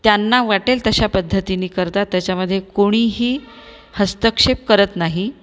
त्यांना वाटेल तशा पद्धतीनी करतात त्याच्यामध्ये कोणीही हस्तक्षेप करत नाही